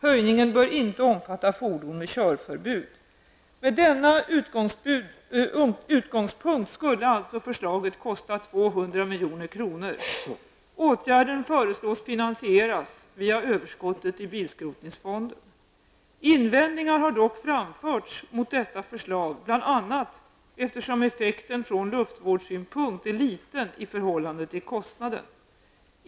Höjningen bör inte omfatta fordon med körförbud. Med denna utgångspunkt skulle alltså förslaget kosta 200 milj.kr. Åtgärden föreslås finansieras via överskottet i bilskrotningsfonden. Invändningar har dock framförts mot detta förslag, bl.a. eftersom effekten från luftvårdssynpunkt är liten i förhållande till kostnaden.